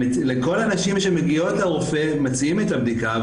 לכל הנשים שמגיעות לרופא מציעים את הבדיקה,